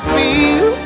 feel